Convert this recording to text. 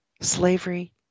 slavery